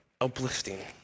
uplifting